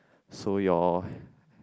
so your